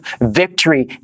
victory